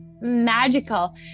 magical